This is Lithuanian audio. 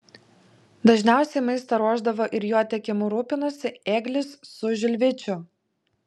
dažniausiai maistą ruošdavo ir jo tiekimu rūpinosi ėglis su žilvičiu